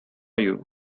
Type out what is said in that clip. you